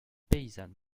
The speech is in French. paysanne